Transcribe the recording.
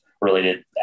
related